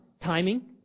timing